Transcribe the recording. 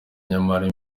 nyamara